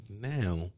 now